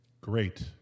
Great